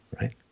right